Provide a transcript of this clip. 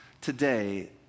today